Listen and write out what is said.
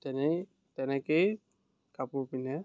তেনেই তেনেকেই কাপোৰ পিন্ধে